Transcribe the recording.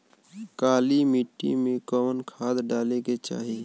काली मिट्टी में कवन खाद डाले के चाही?